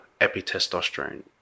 epitestosterone